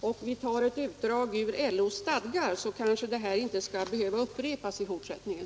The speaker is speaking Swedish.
Vi tar med ett utdrag ur LO:s stadgar. Då kanske det här inte skall behöva upprepas i fortsättningen.